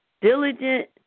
diligent